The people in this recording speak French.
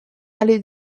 allée